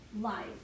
life